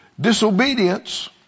Disobedience